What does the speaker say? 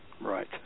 right